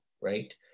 right